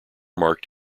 marked